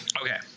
Okay